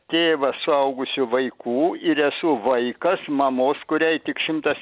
tėvas suaugusių vaikų ir esu vaikas mamos kuriai tik šimtas